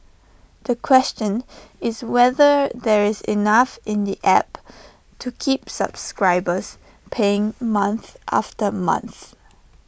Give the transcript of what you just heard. the question is whether there is enough in the app to keep subscribers paying month after month